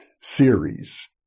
series